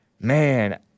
Man